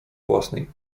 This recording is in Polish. własnej